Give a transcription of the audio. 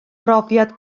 brofiad